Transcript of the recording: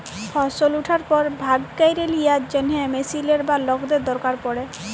ফসল উঠার পর ভাগ ক্যইরে লিয়ার জ্যনহে মেশিলের বা লকদের দরকার পড়ে